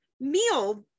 meal